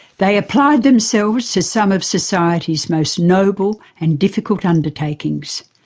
they applied themselves to some of society's most noble and difficult undertakings.